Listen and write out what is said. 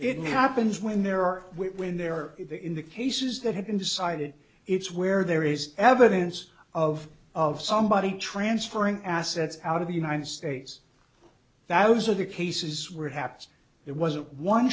it happens when there are when there are in the cases that have been decided it's where there is evidence of of somebody transferring assets out of the united states thousands of the cases where it happens it wasn't one